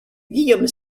guillaume